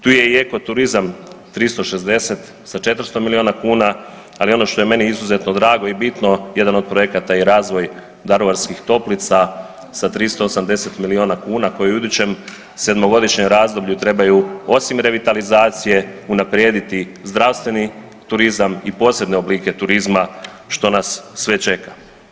Tu je i eko turizam, 360 sa 400 milijuna kuna, ali ono što je meni izuzetno drago i bitno, jedan od projekata i razvoj Daruvarskih toplica sa 360 milijuna kuna koji u idućem 7-godišnjem razdoblju trebaju, osim revitalizacije, unaprijediti zdravstveni turizam i posebne oblike turizma, što nas sve čeka.